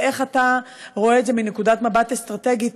ואיך אתה רואה את זה מנקודת מבט אסטרטגית,